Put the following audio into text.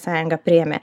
sąjunga priėmė